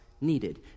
needed